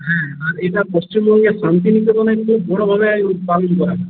হ্যাঁ আর এইটা পশ্চিমবঙ্গে শান্তিনিকেতনে খুব বড় ভাবে পালিত হয়